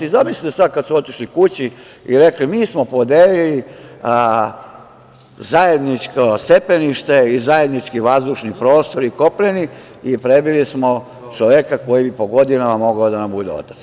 Zamislite sada kada su otišli kući i rekli – mi smo podelili zajedničko stepenište i zajednički vazdušni prostor i kopneni i prebili smo čoveka koji bi po godinama mogao da nam bude otac.